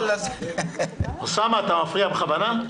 אוסאמה, אתה מפריע בכוונה?